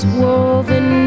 woven